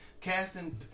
casting